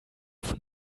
von